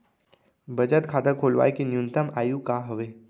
बचत खाता खोलवाय के न्यूनतम आयु का हवे?